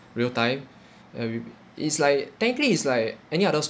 real time and with is like technically is like any other